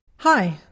Hi